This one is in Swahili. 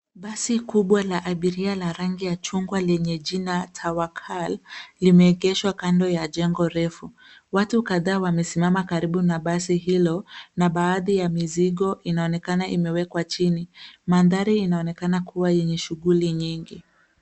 Basi kubwa la abiria la rangi ya chungwa lenye jina TAWAKAL, lemeegeshwa kando ya jengo refu. Watu kadhaa wamesimama karibu na basi hilo, na baadhi ya mizigo inaonekana imewekwa chini. Mandhari yanaonekana kuwa yenye shughuli nyingi.